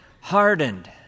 hardened